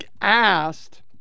asked